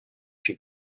she